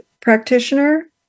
practitioner